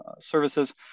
services